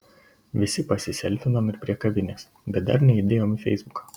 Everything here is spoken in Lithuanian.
visi pasiselfinom ir prie kavinės bet dar neįdėjom į feisbuką